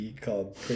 called